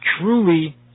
Truly